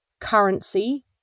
currency